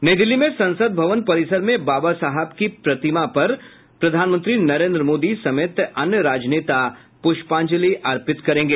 नई दिल्ली में संसद भवन परिसर में बाबा साहब की प्रतिमा पर प्रधानमंत्री नरेंद्र मोदी समेत अन्य राजनेता पुष्पांजलि अर्पित की जाएगी